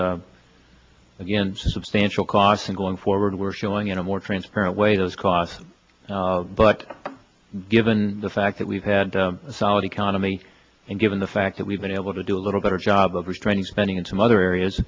aren't substantial costs in going forward we're showing in a more transparent way those costs but given the fact that we've had solid economy and given the fact that we've been able to do a little better job of restraining spending in some other areas